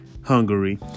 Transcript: Hungary